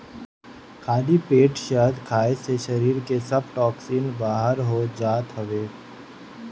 खाली पेट शहद खाए से शरीर के सब टोक्सिन बाहर हो जात हवे